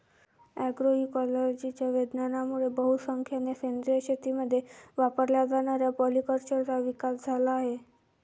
अग्रोइकोलॉजीच्या विज्ञानामुळे बहुसंख्येने सेंद्रिय शेतीमध्ये वापरल्या जाणाऱ्या पॉलीकल्चरचा विकास झाला आहे